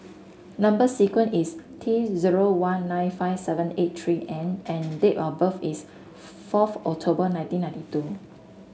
number sequence is T zero one nine five seven eight three N and date of birth is fourth October nineteen ninety two